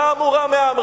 אתה המורם מעם.